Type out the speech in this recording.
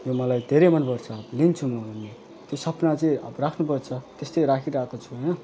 यो मलाई धेरै मन पर्छ लिन्छु म पनि ती सपना चाहिँ अब राख्नुपर्छ त्यस्तै राखिरहेको छु होइन